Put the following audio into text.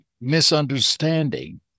misunderstanding